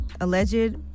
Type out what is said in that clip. alleged